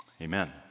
Amen